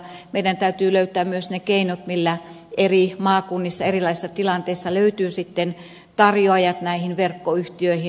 meidän täytyy löytää myös ne keinot millä eri maakunnissa erilaisissa tilanteissa löytyvät tarjoajat näihin verkkoyhtiöihin